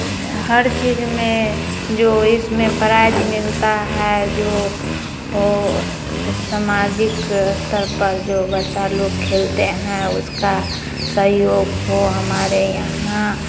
हर चीज में जो इसमें प्राइज मिलता है जो वो द समाजिक स्तर पर जो बच्चा लोग खेलते है उसका सहयोग हो हमारे यहाँ